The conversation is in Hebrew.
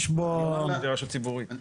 יש פה --- זה רשות ציבורית.